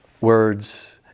words